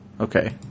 Okay